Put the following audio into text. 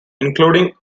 including